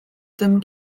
tym